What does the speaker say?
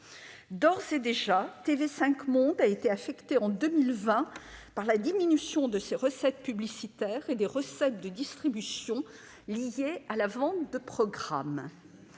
D'ores et déjà, la chaîne TV5 Monde a été affectée en 2020 par la diminution de ses recettes publicitaires et des recettes de distribution liées à la vente de programmes.